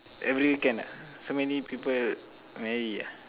every weekend ah so many people marry ah